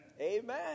Amen